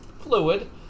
fluid